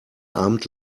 abend